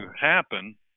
happen